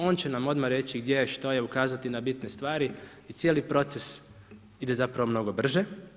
On će nam odmah reći, gdje je što i ukazati na bitne stvari i cijeli proces ide zapravo mnogo brže.